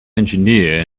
engineer